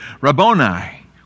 Rabboni